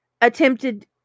attempted